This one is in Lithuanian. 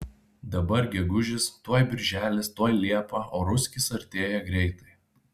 dabar gegužis tuoj birželis tuoj liepa o ruskis artėja greitai